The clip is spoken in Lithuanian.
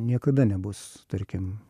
niekada nebus tarkim